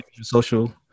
Social